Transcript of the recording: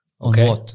Okay